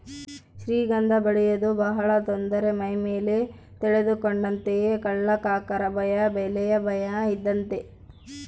ಶ್ರೀಗಂಧ ಬೆಳೆಯುವುದು ಬಹಳ ತೊಂದರೆ ಮೈಮೇಲೆ ಎಳೆದುಕೊಂಡಂತೆಯೇ ಕಳ್ಳಕಾಕರ ಭಯ ಬೆಲೆಯ ಭಯ ಇದ್ದದ್ದೇ